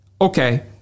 okay